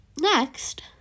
Next